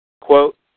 Quote